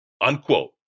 Unquote